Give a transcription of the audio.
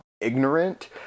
ignorant